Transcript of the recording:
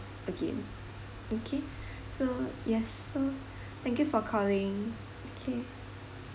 again okay so yes so thank you for calling okay